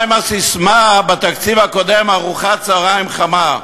מה עם הססמה בתקציב הקודם, "ארוחת צהריים חמה"?